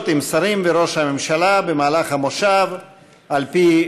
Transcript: עם שרים וראש הממשלה במהלך המושב על פי